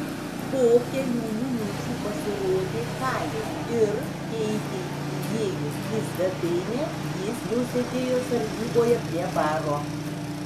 po kelių minučių pasirodė kalis ir keitei įėjus į svetainę jis jau sėdėjo sargyboje prie baro